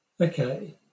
Okay